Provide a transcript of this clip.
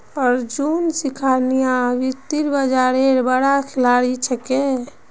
अर्जुन सिंघानिया वित्तीय बाजारेर बड़का खिलाड़ी छिके